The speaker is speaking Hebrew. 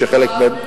שחלק מהם,